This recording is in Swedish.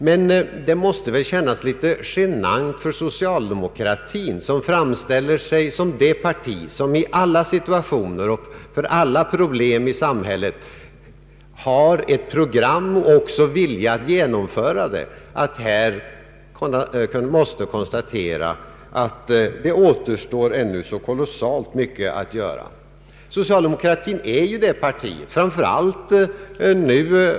Men det måste väl kännas litet genant för socialdemokratin, som framställer sig som det parti som i alla situationer och för alla problem i samhället har ett program och även vilja att genomföra det, att här tvingas konstatera att det ännu återstår kolossalt mycket att göra.